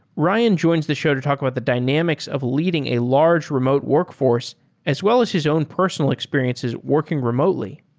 ryan joins the show to talk about the dynamics of leading a large remote workforce as well as his own personal experiences working remotely.